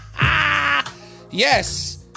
Yes